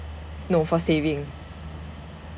no for saving